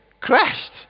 crashed